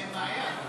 תהיה להם בעיה.